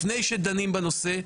לפני שדנים בנושא,